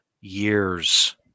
years